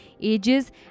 ages